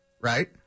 right